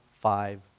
five